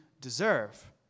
deserve